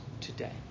today